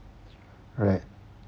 alright